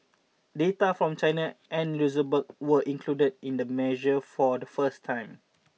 data from China and Luxembourg were included in the measure for the first time